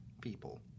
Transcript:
people